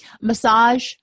Massage